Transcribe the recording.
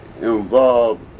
involved